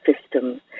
system